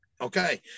Okay